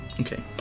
Okay